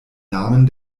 namen